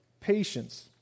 patience